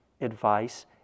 advice